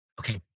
okay